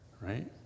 right